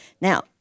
Now